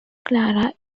clara